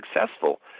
successful